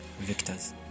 Victors